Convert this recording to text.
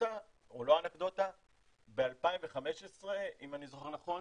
אנקדוטה או לא, ב-2015 אם אני זוכר נכון,